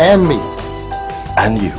and me and you